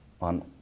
on